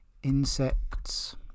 insects